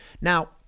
Now